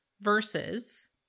versus